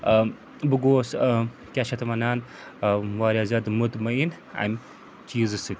ٲں بہٕ گوس ٲں کیٛاہ چھِ اَتھ وَنان ٲں واریاہ زیادٕ مُطمن اَمہِ چیٖزٕ سۭتۍ